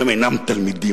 הם אינם תלמידים.